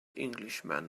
englishman